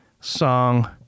song